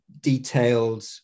detailed